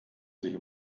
sich